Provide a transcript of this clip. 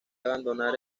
abandonar